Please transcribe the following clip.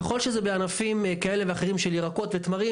ככל שזה בענפים כאלה ואחרים של ירקות ותמרים,